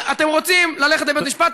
אתם רוצים ללכת לבית-המשפט?